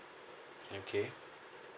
okay